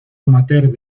amateur